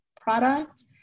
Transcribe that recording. product